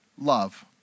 love